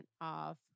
off